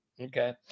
okay